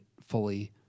fully